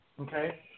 okay